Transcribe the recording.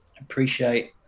appreciate